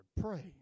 Pray